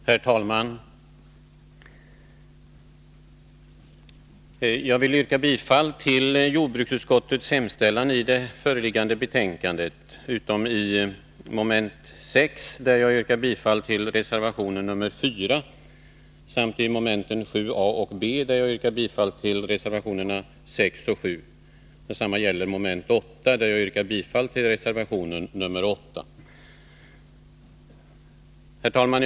Herr talman! Jag vill yrka bifall till jordbruksutskottets hemställan i det föreliggande betänkandet, utom vad beträffar mom. 6 där jag yrkar bifall till reservation 4, mom. 7 a och b där jag yrkar bifall till reservationerna 6 och 7 samt mom. 8 där jag yrkar bifall till reservation 8. Herr talman!